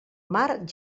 mar